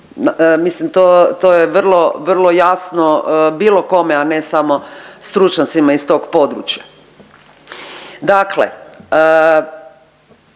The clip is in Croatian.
Mislim to je vrlo, vrlo jasno bilo kome, a ne samo stručnjacima iz tog područja.